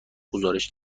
گزارش